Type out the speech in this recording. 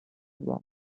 wrong